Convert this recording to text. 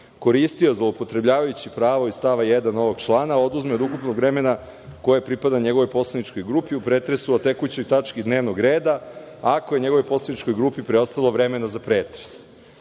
koristio zloupotrebljavajući pravo iz stava 1. ovog člana oduzme od ukupnog vremena koje pripada njegovoj poslaničkoj grupi u pretresu po tekućoj tački dnevnog reda, ako je njegovoj poslaničkoj grupi preostalo vremena za pretres. Vi